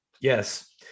Yes